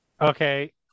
Okay